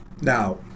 Now